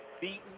beaten